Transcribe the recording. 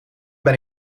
ben